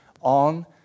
on